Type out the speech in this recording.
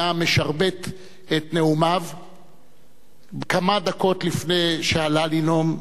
משרבט את נאומיו כמה דקות לפני שעלה לנאום,